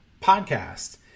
Podcast